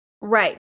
right